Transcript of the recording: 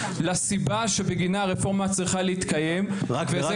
לסיבה שבגינה הרפורמה צריכה להתקיים --- רק